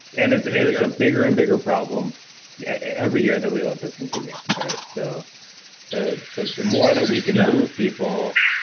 and it's and a bigger and bigger problem every year that we let this continue. right. so the the more that we can move people.